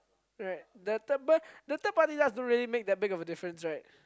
right that time but that time didn't make that big of a difference right